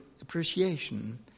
appreciation